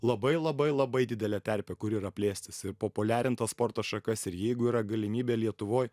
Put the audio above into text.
labai labai labai didelė terpė kur yra plėstis ir populiarint tas sporto šakas ir jeigu yra galimybė lietuvoj